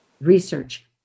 research